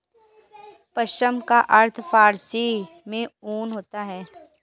पश्म का अर्थ फारसी में ऊन होता है